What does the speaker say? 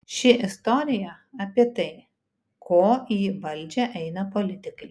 ši istorija apie tai ko į valdžią eina politikai